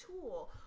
tool